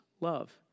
love